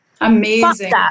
Amazing